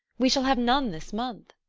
we shall have none this month.